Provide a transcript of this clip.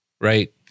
right